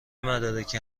مدارکی